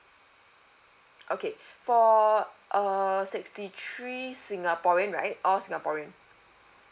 okay for uh sixty three singaporean right all singaporean